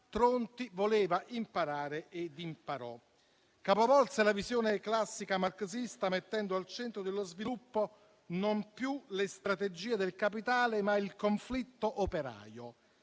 Tronti voleva imparare e imparò. Capovolse la visione classica marxista mettendo al centro dello sviluppo non più le strategie del capitale, ma il conflitto operaio,